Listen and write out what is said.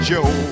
Joe